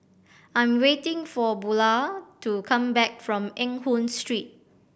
I am waiting for Bulah to come back from Eng Hoon Street